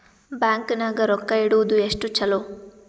Bank ನಾಗ ರೊಕ್ಕ ಇಡುವುದು ಎಷ್ಟು ಚಲೋ?